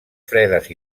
fredes